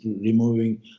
removing